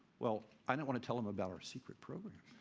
well, i didn't want to tell him about our secret program.